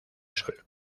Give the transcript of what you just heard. sol